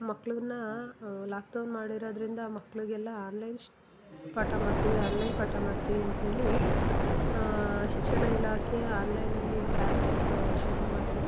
ಮಕ್ಳನ್ನು ಲಾಕ್ಡೌನ್ ಮಾಡಿರೋದರಿಂದ ಆ ಮಕ್ಳಿಗೆಲ್ಲ ಆನ್ಲೈನ್ ಶ್ ಪಾಠ ಮಾಡ್ತೀವಿ ಆನ್ಲೈನ್ ಪಾಠ ಮಾಡ್ತೀವಿ ಅಂತ್ಹೇಳಿ ಶಿಕ್ಷಣ ಇಲಾಖೆ ಆನ್ಲೈನಲ್ಲಿ ಕ್ಲಾಸಸ್ಸು ಶುರು ಮಾಡಿದರು